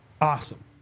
awesome